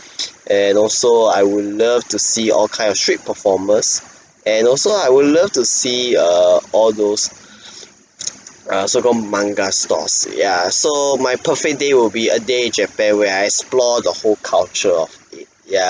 and also I would love to see all kind of street performers and also I would love to see err all those err so-called manga stores ya so my perfect day will be a day in japan where I explore the whole culture of it ya